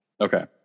Okay